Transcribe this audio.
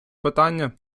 питання